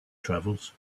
travels